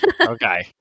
Okay